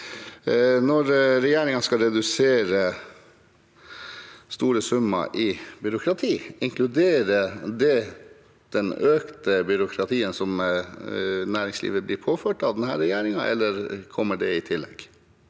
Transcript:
Når regjeringen skal redusere store summer i byråkrati, inkluderer det det økte byråkratiet som næringslivet blir påført av denne regjeringen, eller kommer det i tillegg?